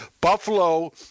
buffalo